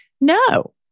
No